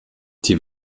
die